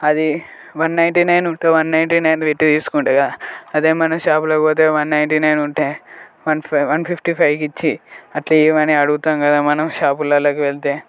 అది one ninety nine ఉంటే one ninety nine పట్టి తీసుకుంటాం కదా అదే మనం షాపులోకి పోతే వన్ నైన్టీ నైన్ ఉంటే వన్ ఫిఫ్టీ వన్ ఫిఫ్టీ ఫైవ్కి ఇచ్చి అట్లా ఈయమని అడుగుతాం కదా మనం షాపులలోకి వెళ్తే